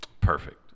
Perfect